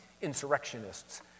insurrectionists